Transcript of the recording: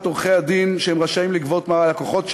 עורכי-הדין שהם רשאים לגבות מהלקוחות שלהם,